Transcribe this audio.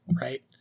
right